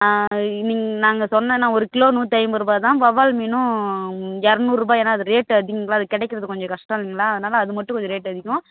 ஆ நீங்கள் நாங்கள் சொன்னேன ஒரு கிலோ நூற்றி ஐம்பது ரூபாதான் வவ்வால் மீனும் இரநூறுபா ஏன்னா அது ரேட்டு அதிகம்ங்களா அது கிடைக்கிறது கொஞ்சம் கஷ்டங்களா அதனால் அது மட்டும் கொஞ்சம் ரேட்டு அதிகம்